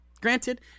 Granted